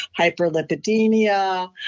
hyperlipidemia